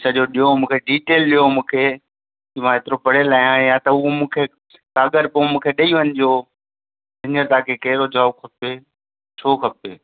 सॼो ॾियो मूंखे डीटेल ॾियो मूंखे मां एतिरो पढ़ियलु आहियां या त उहो मूंखे काग़ड़ पोइ मूंखे ॾेई वञिजो हींअर तव्हांखे कहिड़ो जॉब खपे छो खपे